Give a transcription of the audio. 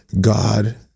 god